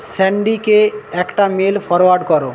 Sandy কে একটা mail forward কর